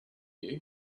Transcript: you